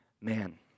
man